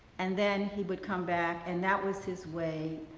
and then, he would come back and that was his way.